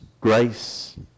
grace